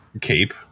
cape